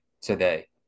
today